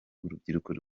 urubyiruko